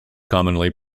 commonly